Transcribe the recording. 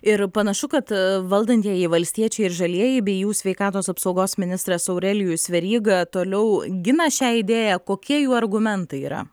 ir panašu kad valdantieji valstiečiai ir žalieji bei jų sveikatos apsaugos ministras aurelijus veryga toliau gina šią idėją kokie jų argumentai yra